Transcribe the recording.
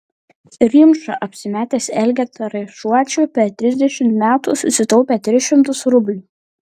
rimša apsimetęs elgeta raišuočiu per trisdešimt metų susitaupė tris šimtus rublių